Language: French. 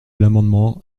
l’amendement